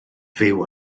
fyw